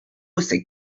ese